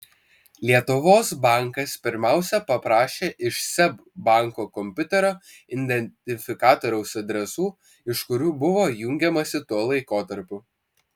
lietuvos bankas pirmiausia paprašė iš seb banko kompiuterio identifikatoriaus adresų iš kurių buvo jungiamasi tuo laikotarpiu